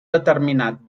determinat